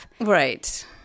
Right